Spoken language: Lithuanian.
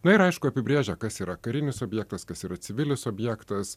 na ir aišku apibrėžia kas yra karinis objektas kas yra civilis objektas